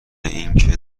اینکه